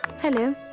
Hello